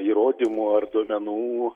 įrodymų ar duomenų